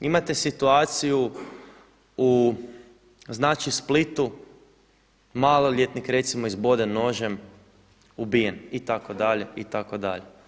Imate situaciju u znači Splitu maloljetnik recimo izboden nožem, ubijen itd., itd.